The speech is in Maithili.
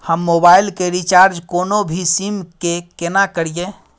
हम मोबाइल के रिचार्ज कोनो भी सीम के केना करिए?